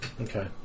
Okay